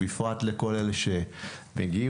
בפרט לכל אלה שהגיעו.